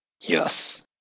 Yes